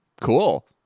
Cool